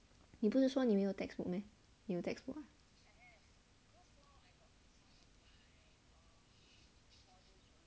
你不是说你没有 textbook 你有 textbook